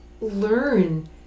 learn